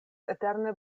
eterne